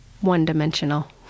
one-dimensional